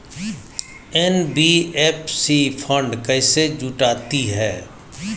NBFC fund कैसे जुटाती है?